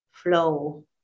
flow